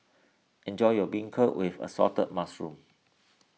enjoy your Beancurd with Assorted Mushrooms